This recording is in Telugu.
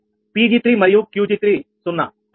𝑃𝑔3 మరియు 𝑄𝑔3 సున్నా సరేనా